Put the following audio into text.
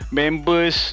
members